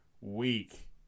week